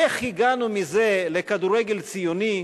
איך הגענו מזה לכדורגל ציוני,